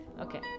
Okay